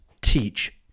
teach